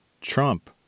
Trump